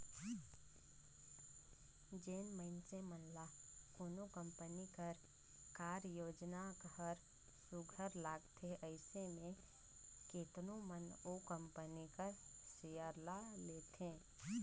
जेन मइनसे मन ल कोनो कंपनी कर कारयोजना हर सुग्घर लागथे अइसे में केतनो मन ओ कंपनी कर सेयर ल लेथे